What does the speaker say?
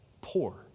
poor